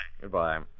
Goodbye